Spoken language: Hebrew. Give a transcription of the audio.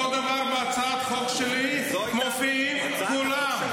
אותו דבר בהצעת החוק שלי, מופיעים כולם.